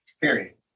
Period